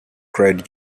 cried